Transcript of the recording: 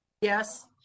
Yes